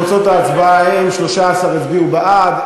תוצאות ההצבעה הן: 13 הצביעו בעד,